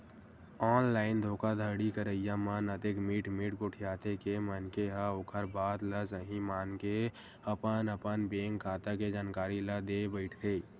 online धोखाघड़ी करइया मन अतेक मीठ मीठ गोठियाथे के मनखे ह ओखर बात ल सहीं मानके अपन अपन बेंक खाता के जानकारी ल देय बइठथे